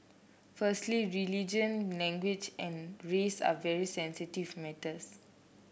firstly religion language and race are very sensitive matters